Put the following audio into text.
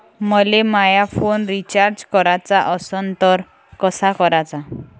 मले माया phone recharge कराचा असन तर कसा कराचा?